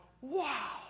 wow